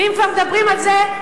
ואם כבר מדברים על זה,